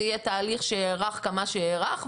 זה יהיה תהליך שיארך כמה שיארך,